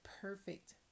perfect